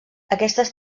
aquestes